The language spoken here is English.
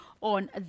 on